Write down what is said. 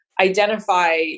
identify